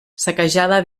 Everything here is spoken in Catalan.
saquejada